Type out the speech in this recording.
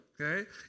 okay